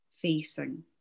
facing